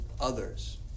others